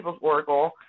Oracle